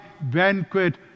banquet